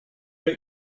are